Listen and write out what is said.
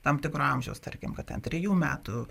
tam tikro amžiaus tarkim kad ten trijų metų